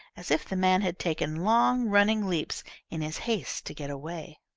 as if the man had taken long running leaps in his haste to get away.